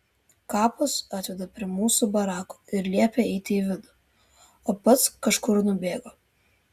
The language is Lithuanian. kapas atveda prie mūsų barako ir liepia eiti į vidų o pats kažkur nubėga